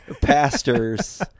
Pastors